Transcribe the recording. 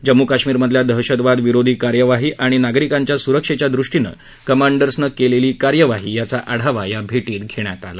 जम्मू कश्मीरमधल्या दहशतवाद विरोधी कार्यवाही आणि नागरिकांच्या सुरक्षेच्या दृष्टीनं कमांडर्सनं केलेली कार्यवाही याचा आढावा या भेटीत घेण्यात आला